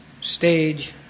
stage